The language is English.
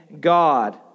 God